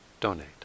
donate